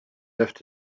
left